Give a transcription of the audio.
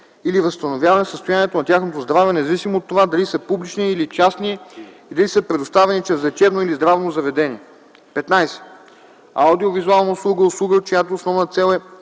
или възстановяване състоянието на тяхното здраве, независимо от това, дали са публични или частни и дали са предоставени чрез лечебно или здравно заведение. 15. „Аудиовизуална услуга” е услуга, чиято основна цел е